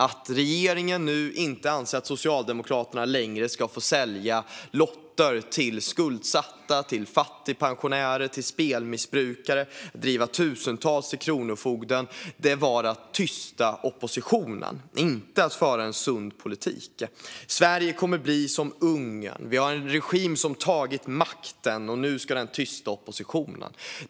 Att regeringen nu anser att Socialdemokraterna inte längre ska få sälja lotter till skuldsatta, till fattigpensionärer och till spelmissbrukare eller driva tusentals till Kronofogden är att tysta oppositionen, inte att föra en sund politik. Sverige kommer att bli som Ungern. Vi har en regim som tagit makten, och nu ska den tysta oppositionen.